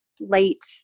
late